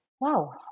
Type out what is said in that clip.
wow